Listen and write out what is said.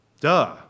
Duh